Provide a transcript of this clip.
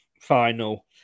final